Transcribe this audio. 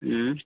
हुँ